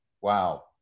wow